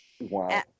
wow